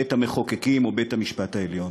בית-המחוקקים או בית-המשפט העליון.